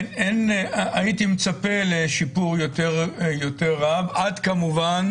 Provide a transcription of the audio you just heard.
הייתי מצפה לשיפור רב יותר עד כמובן